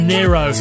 Nero